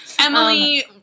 Emily